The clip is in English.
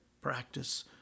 practice